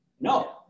No